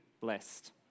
blessed